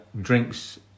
drinks